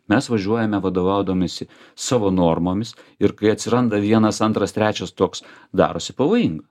mes važiuojame vadovaudamiesi savo normomis ir kai atsiranda vienas antras trečias toks darosi pavojinga